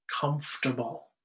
comfortable